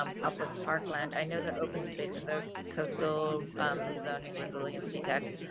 um public parkland. i know that open space and the coastal zoning resiliency text